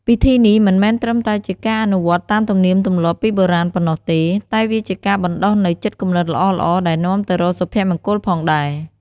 ពិធីនេះមិនមែនត្រឹមតែជាការអនុវត្តតាមទំនៀមទម្លាប់ពីបុរាណប៉ុណ្ណោះទេ តែវាជាការបណ្តុះនូវចិត្តគំនិតល្អៗដែលនាំទៅរកសុភមង្គលផងដែរ។